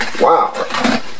Wow